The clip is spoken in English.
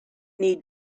need